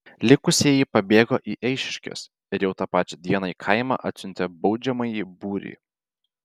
likusieji pabėgo į eišiškes ir jau tą pačią dieną į kaimą atsiuntė baudžiamąjį būrį